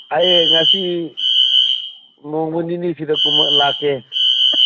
ꯑꯩ ꯉꯁꯤ ꯅꯣꯡꯃ ꯅꯤꯅꯤꯁꯤꯗ ꯂꯥꯛꯀꯦ